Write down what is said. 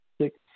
six